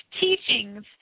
teachings